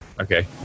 Okay